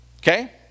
Okay